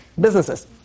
businesses